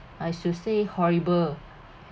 I should say horrible